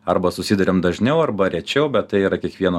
arba susiduriam dažniau arba rečiau bet tai yra kiekvieno